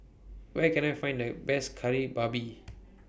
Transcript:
Where Can I Find The Best Kari Babi